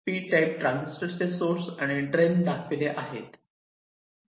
P type transistor चे source आणि drain दाखविले आहे